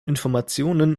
informationen